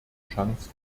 chance